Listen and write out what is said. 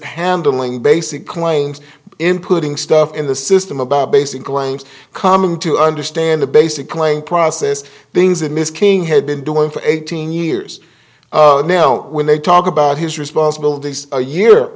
handling basic lines including stuff in the system about basic lang's coming to understand the basic claim process things that miss king had been doing for eighteen years now when they talk about his responsibilities a year